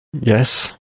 Yes